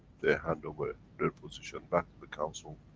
they handle where, their position back to the council.